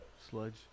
sludge